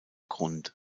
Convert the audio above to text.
grund